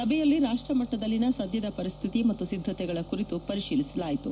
ಸಭೆಯಲ್ಲಿ ರಾಷ್ಟಮಟ್ಟದಲ್ಲಿನ ಸದ್ಯದ ಪರಿಸ್ತಿತಿ ಮತ್ತು ಸಿದ್ದತೆಗಳ ಕುರಿತು ಪರಿಶೀಲಿಸಲಾಯಿತು